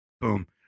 Boom